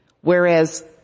whereas